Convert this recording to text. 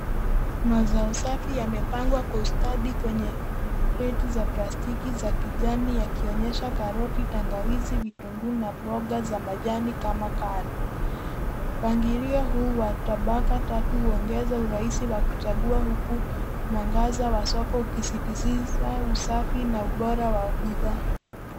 Mazao safi yamepangwa kwa ustadi kwenye kreti za plastiki za kijani yakionyesha karoti, tangawizi, vitunguu na mboga za majani kama kale . Mpangilio huu wa tabaka tatu unaongeza urahisi wa kuchagua huku mwangaza wa soko ukisisitiza usafi na ubora wa bidhaa.